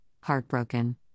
heartbroken